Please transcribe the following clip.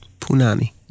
Punani